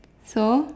so